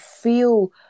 feel